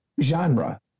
genre